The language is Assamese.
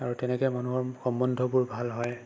আৰু তেনেকৈ মানুহৰ সম্বন্ধবোৰ ভাল হয়